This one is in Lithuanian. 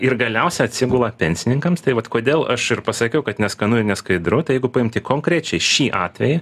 ir galiausia atsigula pensininkams tai vat kodėl aš ir pasakiau kad neskanu ir neskaidru tai jeigu paimti konkrečiai šį atvejį